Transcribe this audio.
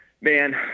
Man